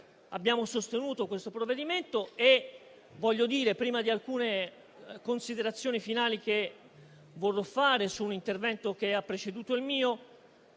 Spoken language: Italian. abbiamo sostenuto questo provvedimento e, prima di alcune considerazioni finali su un intervento che ha preceduto il mio,